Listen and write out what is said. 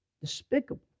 despicable